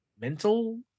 mental